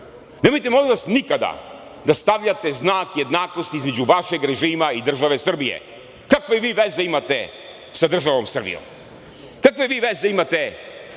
Nemojte molim vas nikada da stavljate znak jednakosti između vašeg režima i države Srbije. Kakve vi veze imate sa državom Srbijom? Kakve vi veze imate